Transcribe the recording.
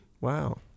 Wow